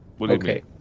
Okay